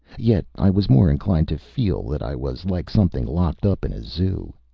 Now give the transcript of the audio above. yet i was more inclined to feel that i was like something locked up in a zoo.